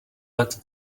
let